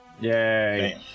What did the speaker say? Yay